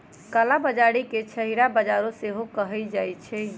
कला बजारी के छहिरा बजार सेहो कहइ छइ